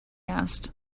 asked